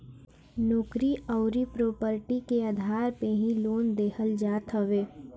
नोकरी अउरी प्रापर्टी के आधार पे ही लोन देहल जात हवे